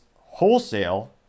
wholesale